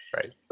Right